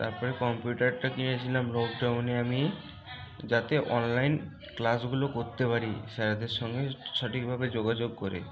তারপরে কম্পিউটারটা কিনেছিলাম লকডাউনে আমি যাতে অনলাইন ক্লাসগুলো করতে পারি স্যারেদের সঙ্গে সটিকভাবে যোগাযোগ করে